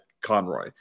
Conroy